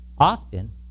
Often